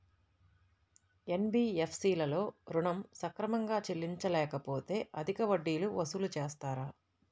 NBFC లలో ఋణం సక్రమంగా చెల్లించలేకపోతె అధిక వడ్డీలు వసూలు చేస్తారా?